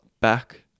back